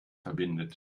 verbindet